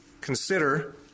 consider